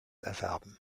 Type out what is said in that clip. erwerben